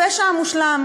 הפשע המושלם,